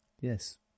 Yes